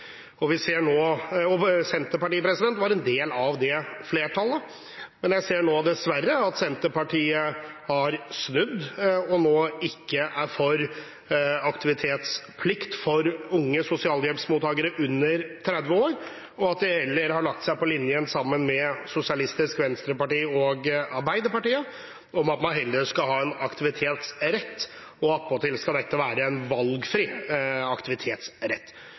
det flertallet. Men jeg ser, dessverre, at Senterpartiet har snudd og nå ikke er for aktivitetsplikt for unge sosialhjelpsmottakere under 30 år, og at de heller har lagt seg på samme linje som Sosialistisk Venstreparti og Arbeiderpartiet, at man heller skal ha en aktivitets rett . Attpåtil skal dette være en valgfri aktivitetsrett.